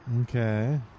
okay